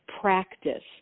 practice